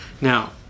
Now